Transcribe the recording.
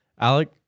Alec